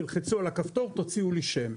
תלחצו על הכפתור ותוציאו לי שם.